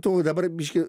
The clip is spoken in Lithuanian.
tų dabar biškį